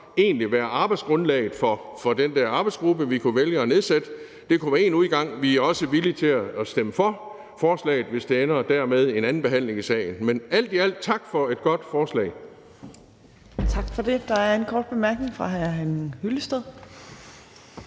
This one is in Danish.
egentlig være arbejdsgrundlaget for den der arbejdsgruppe, vi kunne vælge at nedsætte. Det kunne være én udgang. Vi er også villige til at stemme for forslaget, hvis det ender med en andenbehandling i sagen. Men alt i alt vil jeg gerne sige